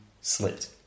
slipped